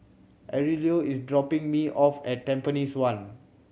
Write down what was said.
Aurelio is dropping me off at Tampines One